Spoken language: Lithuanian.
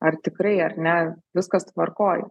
ar tikrai ar ne viskas tvarkoj